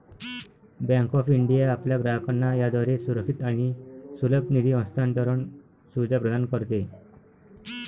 bank of India आपल्या ग्राहकांना याद्वारे सुरक्षित आणि सुलभ निधी हस्तांतरण सुविधा प्रदान करते